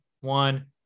one